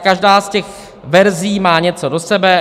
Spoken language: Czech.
Každá z těch verzí má něco do sebe.